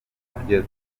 ibyo